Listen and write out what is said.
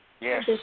Yes